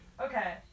okay